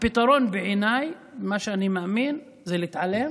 הפתרון, בעיניי, מה שאני מאמין, זה להתעלם,